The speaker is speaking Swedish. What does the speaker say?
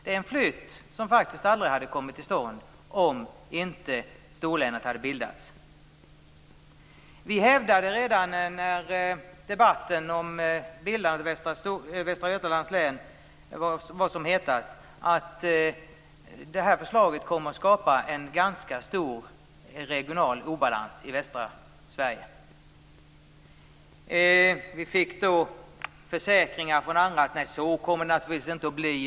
Den flytten skulle faktiskt aldrig ha kommit till stånd om inte storlänet hade bildats. Redan när debatten om bildandet av Västra Götalands län var som hetast hävdade vi att det här förslaget kommer att skapa en ganska stor regional obalans i västra Sverige. Vi fick då försäkringar från andra. Man sade: Nej, så kommer det naturligtvis inte att bli.